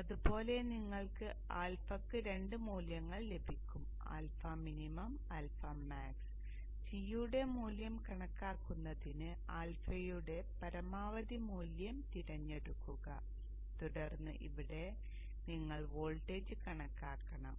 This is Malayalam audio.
അതുപോലെ നിങ്ങൾക്ക് ആൽഫക്ക് 2 മൂല്യങ്ങൾ ലഭിക്കും ആൽഫ മിനിമം ആൽഫ മാക്സ് സിയുടെ മൂല്യം കണക്കാക്കുന്നതിന് ആൽഫയുടെ പരമാവധി മൂല്യം തിരഞ്ഞെടുക്കുക തുടർന്ന് ഇവിടെ നിങ്ങൾ വോൾട്ടേജ് കണക്കാക്കണം